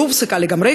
לא מפסיקה לגמרי,